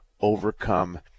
overcome